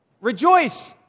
rejoice